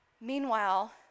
Meanwhile